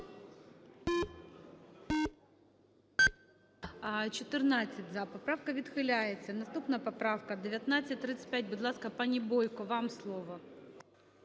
За-14 Поправка відхиляється. Наступна поправка 1935. Будь ласка, пані Бойко, вам слово.